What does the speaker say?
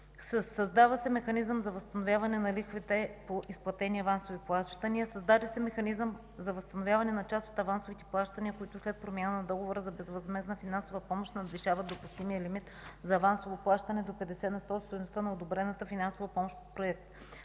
Създава се механизъм за възстановяване на лихвите по изплатени авансови плащания. Създаде се механизъм за възстановяване на част от авансовите плащания, които след промяна на Договора за безвъзмездна финансова помощ надвишават допустимия лимит за авансово плащане до 50 на сто от стойността на одобрената финансова помощ.